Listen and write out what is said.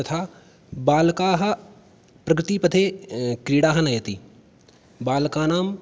तथा बालकाः प्रगतिपथे क्रीडाः नयन्ति बालकानां